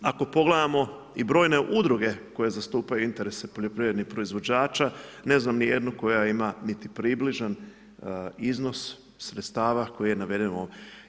Ako pogledamo i brojne udruge koje zastupaju interese poljoprivrednih proizvođača, ne znam ni jednu koja ima niti približan iznos sredstva koje je navedeno u ovom.